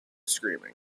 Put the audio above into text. screaming